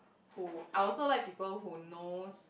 who I also like people who knows